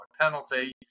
penalty